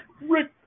Rick